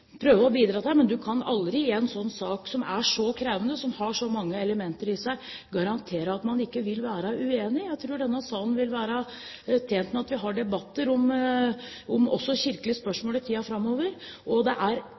prøve å bidra til. Men man kan aldri i en sak som er så krevende, og som har så mange elementer i seg, garantere at man ikke vil være uenig. Jeg tror denne salen vil være tjent med at vi har debatter om også kirkelige spørsmål i tiden framover. Det er